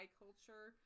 culture